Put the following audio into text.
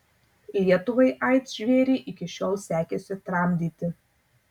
lietuvai aids žvėrį iki šiol sekėsi tramdyti